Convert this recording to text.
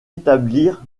établir